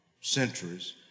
centuries